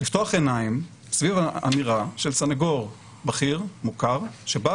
לפתוח עיניים סביב אמירה של סנגור בכיר מוכר שבא